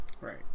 Right